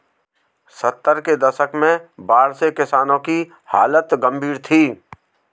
सत्तर के दशक में बाढ़ से किसानों की हालत गंभीर थी